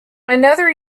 another